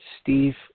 Steve